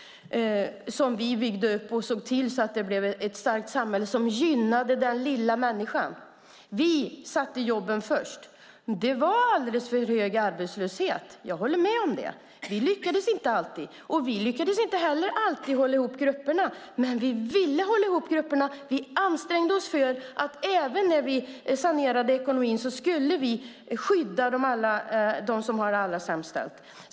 Vi såg till att samhället blev starkt och gynnade den lilla människan. Vi satte jobben först. Det var alldeles för hög arbetslöshet - jag håller med om det. Vi lyckades inte alltid. Och vi lyckades inte heller alltid hålla ihop grupperna. Men vi ville hålla ihop grupperna. Även när vi sanerade ekonomin ansträngde vi oss för att skydda alla dem som har det allra sämst ställt.